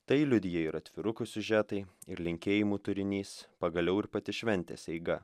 tai liudija ir atvirukų siužetai ir linkėjimų turinys pagaliau ir pati šventės eiga